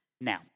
Now